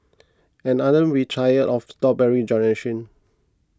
and aren't we tired of the strawberry generation